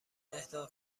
اهدا